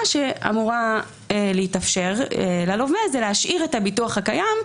שאמורה להתאפשר ללווה זה להשאיר את הביטוח הקיים,